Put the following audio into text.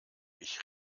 ich